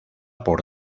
por